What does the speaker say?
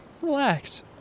relax